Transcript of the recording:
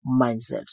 mindset